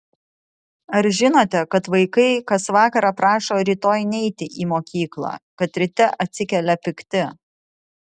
ar žinote kad vaikai kas vakarą prašo rytoj neiti į mokyklą kad ryte atsikelia pikti